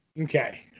Okay